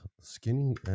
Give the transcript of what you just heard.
skinny